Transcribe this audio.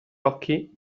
occhi